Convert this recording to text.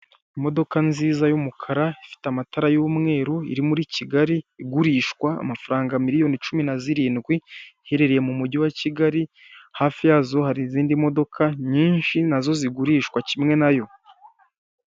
Imodoka nziza y'umukara ifite amatara y'umweru iri muri Kigali igurishwa amafaranga miliyoni cumi na zirindwi ihereye mu mujyi wa Kigali, hafi yazo hari imodoka nyinshi nazo zigurishwa kimwe na yo.